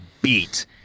beat